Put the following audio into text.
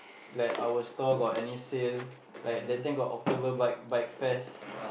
that our store got any sale like that time got October bike bike fest